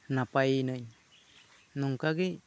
ᱱᱟᱯᱟᱭ ᱤᱱᱟᱹᱧ ᱱᱚᱝᱠᱟ ᱜᱮ